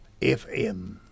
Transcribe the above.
FM